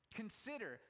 consider